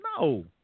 no